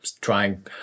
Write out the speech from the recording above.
trying